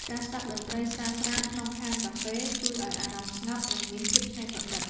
ការស្តាប់តន្ត្រីស្រាលៗក្នុងហាងកាហ្វេ ជួយឱ្យអារម្មណ៍ស្ងប់ និងមានភាពច្នៃប្រឌិត។